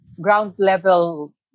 ground-level